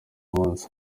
munsi